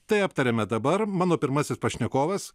tai aptariame dabar mano pirmasis pašnekovas